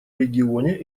регионе